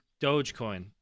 Dogecoin